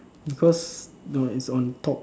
because no it's on top